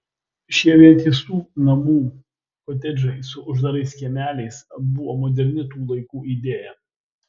šie vientisų namų kotedžai su uždarais kiemeliais buvo moderni tų laikų idėja